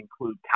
include